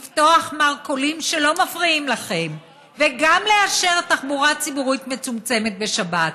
לפתוח מרכולים שלא מפריעים לכם וגם לאשר תחבורה ציבורית מצומצמת בשבת.